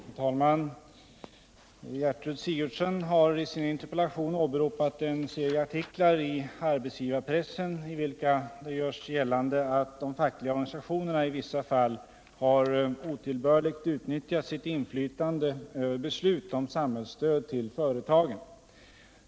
Herr talman! Gertrud Sigurdsen har i sin interpellation åberopat en serie artiklar i arbetsgivarpressen, i vilka det görs gällande att de fackliga organisationerna i vissa fall har otillbörligt utnyttjat sitt inflytande över beslut om samhällsstöd till företagen.